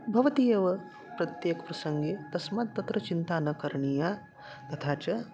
भवति एव प्रत्येकं प्रसङ्गे तस्मात् तत्र चिन्ता न करणीया तथा च